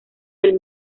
del